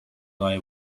like